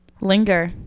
Linger